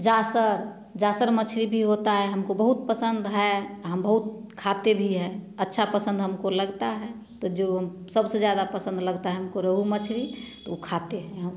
जासर जासर मछली भी होता है हमको बहुत पसंद है हम बहुत खाते भी हैं अच्छा पसंद हमको लगता है तो जो सबसे ज़्यादा पसंद लगता है हमको रोहु मछली उ खाते हैं